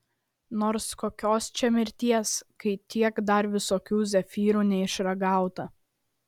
nors kokios čia mirties kai tiek dar visokių zefyrų neišragauta